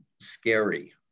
scary